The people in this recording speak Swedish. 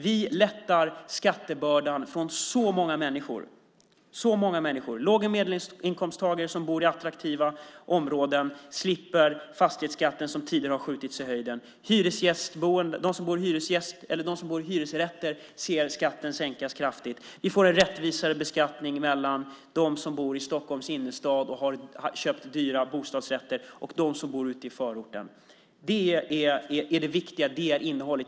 Vi lättar skattebördan för så många människor. Låg och medelinkomsttagare som bor i attraktiva områden slipper den fastighetsskatt som tidigare har skjutit i höjden. De som bor i hyresrätter ser skatten sänkas kraftigt. Vi får en rättvisare beskattning mellan dem som bor i Stockholms innerstad och har köpt dyra bostadsrätter och dem som bor ute i förorterna. Det är det viktiga. Det är innehållet.